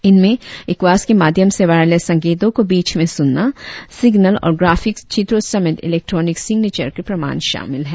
इनमें एवाक्स के माध्यम से वारलेस संकेतों को बीच में सुनना सिग्नल और ग्राफिक्स चित्रो समेत इलेक्ट्रॉनिक सिग्नेचर के प्रमाण शामिल है